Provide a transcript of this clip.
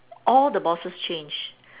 all the bosses changed